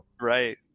right